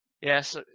Yes